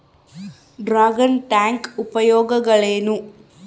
Dragon tank ಉಪಯೋಗಗಳೇನು?